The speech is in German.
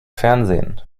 fernsehen